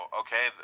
okay